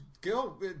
Go